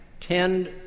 tend